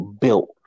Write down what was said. built